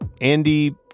Andy